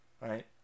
right